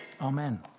Amen